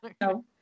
no